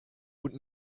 und